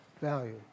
value